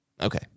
Okay